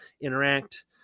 interact